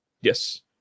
Yes